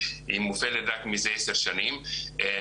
כשאנחנו מדברים על IVF באופן רגיל של עשרות אלפים בשנה בארץ,